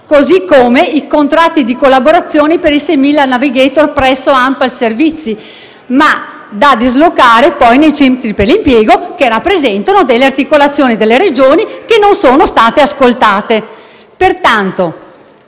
così come i contratti di collaborazione per i 6.000 *navigator* presso ANPAL Servizi spa, da dislocare poi nei centri per l'impiego che rappresentano delle articolazioni delle Regioni che non sono state ascoltate.